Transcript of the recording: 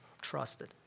trusted